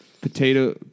Potato